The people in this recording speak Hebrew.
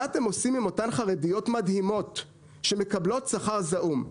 מה אתם עושים עם אותן חרדיות מדהימות שמקבלות שכר זעום?